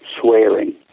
swearing